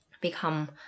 become